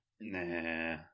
nah